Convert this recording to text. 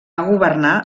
governar